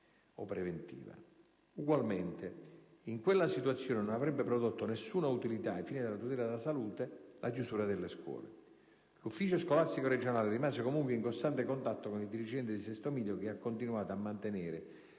o preventiva. Ugualmente, in quella situazione, non avrebbe prodotto nessuna utilità, ai fini della tutela della salute, la chiusura delle scuole. L'ufficio scolastico regionale rimase comunque in costante contatto con il dirigente di Sesto Miglio, che ha continuato a mantenere